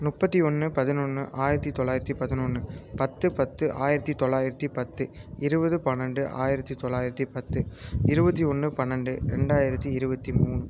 முப்பத்தி ஒன்று பதினொன்று ஆயிரத்தி தொள்ளாயிரத்தி பதினொன்று பத்து பத்து ஆயிரத்தி தொள்ளாயிரத்தி பத்து இருபது பன்னெண்டு ஆயிரத்தி தொள்ளாயிரத்தி பத்து இருபத்தி ஒன்று பன்னெண்டு ரெண்டாயிரத்து இருபத்தி மூணு